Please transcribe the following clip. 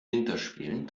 winterspielen